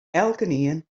elkenien